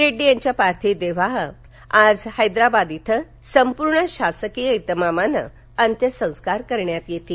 रेङ्डी यांच्या पार्थिव देहावर आज हैदराबाद इथं संपूर्ण शासकीय इतमामानं अंत्यसंस्कार करण्यात येतील